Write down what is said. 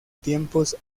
tiempos